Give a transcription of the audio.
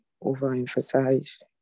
overemphasized